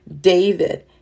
David